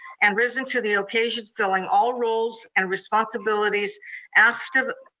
and risen to the occasion filling all roles and responsibilities asked ah